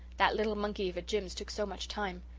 that little monkey of a jims took so much time.